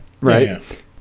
Right